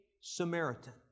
Samaritan